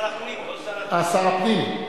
שר הפנים, לא שר, אה, שר הפנים.